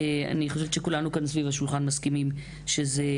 אני חושבת שכולנו כאן סביב השולחן מסכימים שזו